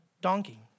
donkey